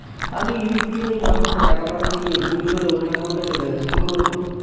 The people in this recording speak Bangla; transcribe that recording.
আমি ইউ.পি.আই মাধ্যমে টাকা পাঠাতে গিয়ে ভুল করে অন্য একাউন্টে চলে গেছে কি করব?